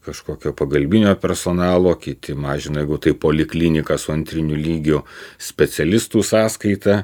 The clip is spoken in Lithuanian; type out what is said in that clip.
kažkokio pagalbinio personalo kiti mažina jeigu tai poliklinika su antriniu lygiu specialistų sąskaita